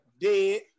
dead